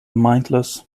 mindless